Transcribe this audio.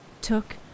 took